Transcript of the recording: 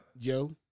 Joe